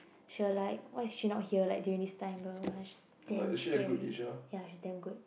she will like why is she not here like during this time bla bla bla she damn scary ya she damn good